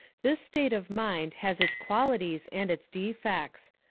this state of mind has its qualities and its defects.